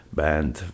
band